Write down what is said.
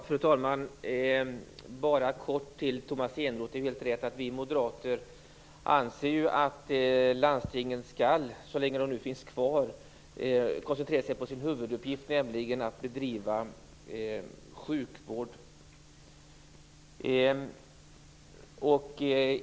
Fru talman! Jag vill bara kort säga till Tomas Eneroth att det är helt rätt att vi moderater anser att landstingen, så länge de nu finns kvar, skall koncentrera sig på sin huvuduppgift, nämligen att bedriva sjukvård.